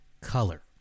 color